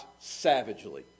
savagely